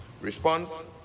Response